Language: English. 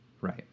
Right